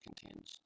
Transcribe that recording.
contains